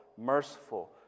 merciful